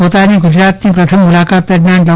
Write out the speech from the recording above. પોતાની ગુજરાતની પ્રથમ મુલાકાત દરમિયાન ડો